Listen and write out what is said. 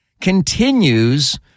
continues